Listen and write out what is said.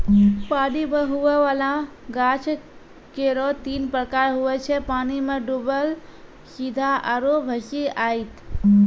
पानी मे हुवै वाला गाछ केरो तीन प्रकार हुवै छै पानी मे डुबल सीधा आरु भसिआइत